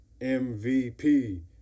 mvp